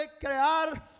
crear